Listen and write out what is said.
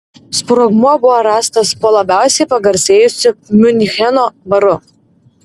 sprogmuo buvo rastas po labiausiai pagarsėjusiu miuncheno baru